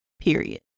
period